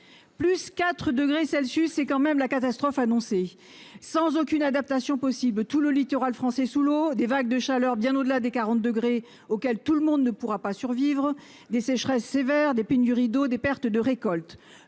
Plus 4 degrés Celsius et quand même la catastrophe annoncée sans aucune adaptation possible tout le littoral français sous l'eau, des vagues de chaleur bien au-delà des 40 degrés auquel tout le monde ne pourra pas survivre des sécheresses sévères des pénuries d'eau, des pertes de récoltes.